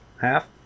half